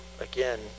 again